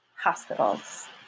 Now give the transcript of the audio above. Hospitals